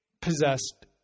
possessed